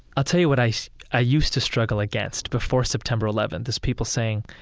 i'll tell you what i i used to struggle against before september eleventh, is people saying,